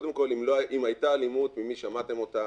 קודם כל, אם היתה אלימות, ממי שמעתם אותה?